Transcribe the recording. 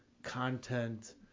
Content